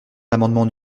l’amendement